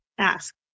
ask